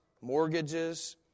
mortgages